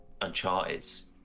Uncharted's